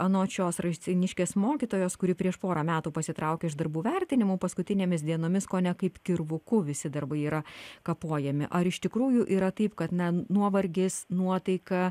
anot šios raseiniškės mokytojos kuri prieš porą metų pasitraukė iš darbų vertinimų paskutinėmis dienomis kone kaip kirvuku visi darbai yra kapojami ar iš tikrųjų yra taip kad na nuovargis nuotaika